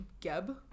Geb